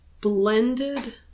blended